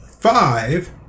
five